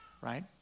right